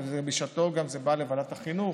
ובשעתו זה בא גם לוועדת החינוך,